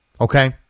Okay